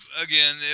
again